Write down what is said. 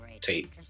tape